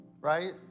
right